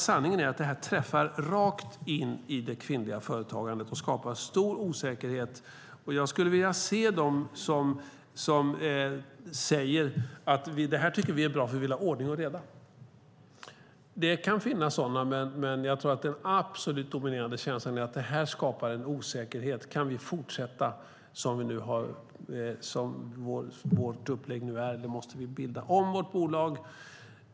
Sanningen är att det träffar rakt in i det kvinnliga företagandet och skapar stor osäkerhet. Jag skulle vilja se dem som säger att de tycker att det är bra eftersom de vill ha ordning och reda. Det kan finnas sådana, men jag tror att den absolut dominerande känslan är att det här skapar en osäkerhet om man kan fortsätta med sitt upplägg eller måste bilda om bolaget.